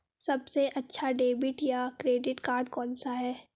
सबसे अच्छा डेबिट या क्रेडिट कार्ड कौन सा है?